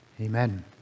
Amen